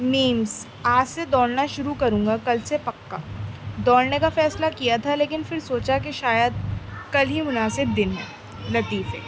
memes آج سے دوڑنا شروع کروں گا کل سے پکا دوڑنے کا فیصلہ کیا تھا لیکن پھر سوچا کہ شاید کل ہی مناسب دن ہے لطیفے